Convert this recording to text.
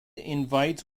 invites